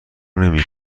نمی